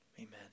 amen